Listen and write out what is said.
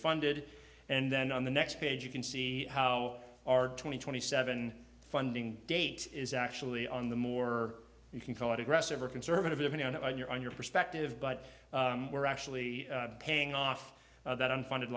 funded and then on the next page you can see how our twenty twenty seven funding date is actually on the more you can call it aggressive or conservative if you're on your perspective but we're actually paying off that unfunded